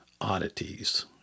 oddities